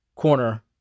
Corner